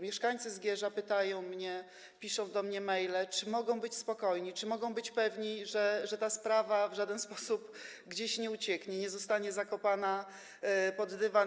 Mieszkańcy Zgierza pytają mnie, piszą do mnie maile, czy mogą być spokojni, czy mogą być pewni, że ta sprawa w żaden sposób nie ucieknie, nie zostanie zakopana, zamieciona pod dywan.